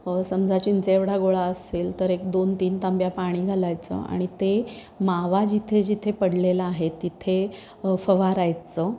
समजा चिंचेएवढा गोळा असेल तर एक दोन तीन तांब्या पाणी घालायचं आणि ते मावा जिथे जिथे पडलेलं आहे तिथे फवारायचं